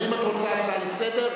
אם את רוצה הצעה לסדר-היום,